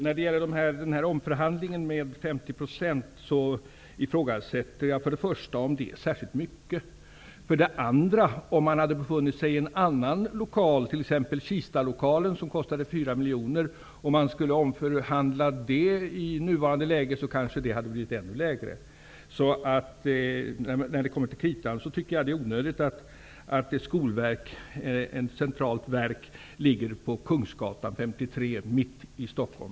Fru talman! När det gäller omförhandlingen och de 50 procenten ifrågasätter jag för det första om det är särskilt mycket. För det andra: Om man hade varit belägen i en annan lokal, t.ex. i Kistalokalen som kostade 4 miljoner, och skulle ha omförhandlat kostnaderna för denna, hade hyran kanske blivit ännu lägre. När det kommer till kritan tycker jag att det är onödigt att ett centralt verk är beläget på Kungsgatan 53 mitt i Stockholm.